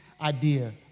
idea